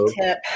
tip